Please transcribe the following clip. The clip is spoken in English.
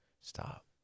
Stop